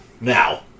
Now